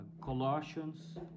Colossians